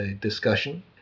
discussion